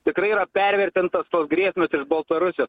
tikrai yra pervertintos tos grėsmės baltarusijos